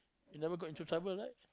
you never got into trouble right